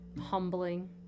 humbling